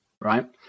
right